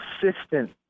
consistent